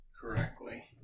correctly